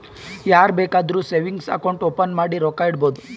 ಯಾರ್ ಬೇಕಾದ್ರೂ savings account open ಮಾಡಿ ರೊಕ್ಕಾ ಇಡ್ಬೋದು